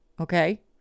okay